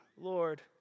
Lord